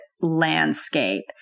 landscape